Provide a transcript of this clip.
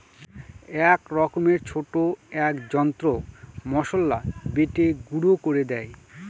এক রকমের ছোট এক যন্ত্র মসলা বেটে গুঁড়ো করে দেয়